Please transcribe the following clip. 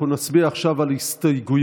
אנחנו נצביע עכשיו על הסתייגויות.